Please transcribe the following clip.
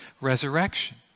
resurrection